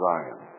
Zion